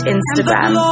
Instagram